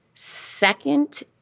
Second